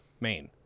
Maine